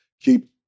Keep